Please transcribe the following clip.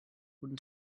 guten